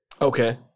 okay